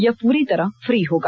यह पूरी तरह फ्री होगा